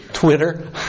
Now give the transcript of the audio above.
Twitter